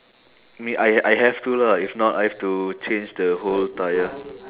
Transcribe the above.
me I I have to lah if not I have to change the whole tyre